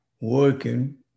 working